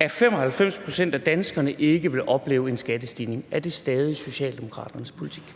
at 95 pct. af danskerne ikke vil opleve en skattestigning. Er det stadig Socialdemokraternes politik?